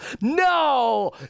No